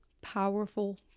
powerful